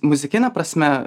muzikine prasme